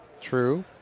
True